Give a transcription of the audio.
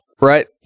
right